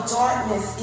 darkness